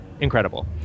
incredible